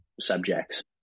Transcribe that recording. subjects